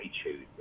attitude